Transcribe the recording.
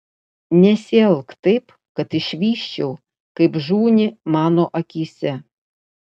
nesielk taip kad išvysčiau kaip žūni mano akyse